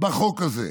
בחוק הזה.